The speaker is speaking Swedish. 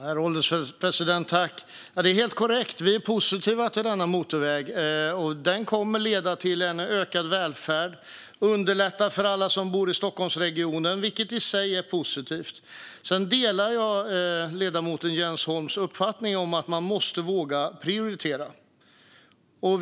Herr ålderspresident! Det är helt korrekt att vi är positiva till denna motorväg. Den kommer att leda till en ökad välfärd och underlätta för alla som bor i Stockholmsregionen, vilket i sig är positivt. Jag delar ledamoten Jens Holms uppfattning att man måste våga prioritera.